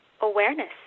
awareness